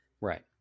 Right